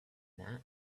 that